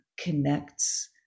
connects